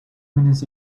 minutes